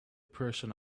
person